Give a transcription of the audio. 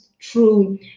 true